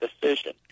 decision